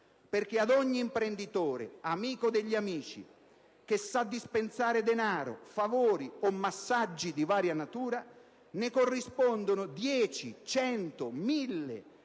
perché ad ogni imprenditore amico degli amici che sa dispensare denaro, favori o massaggi di varia natura ne corrispondono 10, 100, 1.000